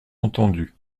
entendu